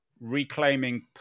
reclaiming